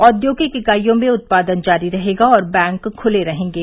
औद्योगिक इकाइयों में उत्पादन जारी रहेगा और बैंक खुले रहेंगे